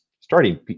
starting